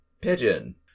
pigeon